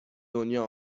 دنیا